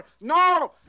no